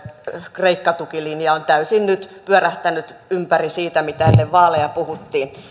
kreikka tukilinja on nyt täysin pyörähtänyt ympäri siitä mitä ennen vaaleja puhuttiin